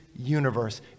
universe